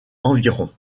environ